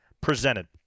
presented